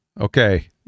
Okay